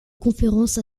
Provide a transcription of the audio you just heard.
conférences